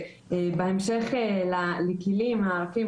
אז בהמשך לכלים הרבים,